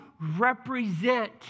represent